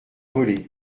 volé